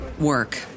work